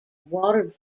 water